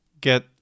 get